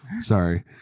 Sorry